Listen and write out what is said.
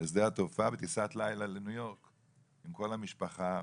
לשדה התעופה בטיסת לילה לניו יורק עם כל המשפחה,